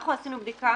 אנחנו עשינו בדיקה